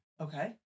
Okay